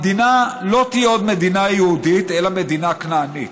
המדינה לא תהיה עוד מדינה יהודית אלא מדינה 'כנענית'